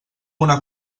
una